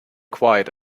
quiet